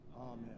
Amen